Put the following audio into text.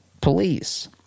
police